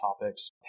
topics